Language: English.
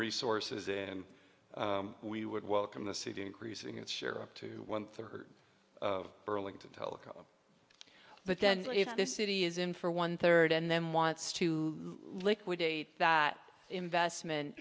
resources and we would welcome the city increasing its share up to one third of burlington teleco but then if the city is in for one third and then wants to liquidate that investment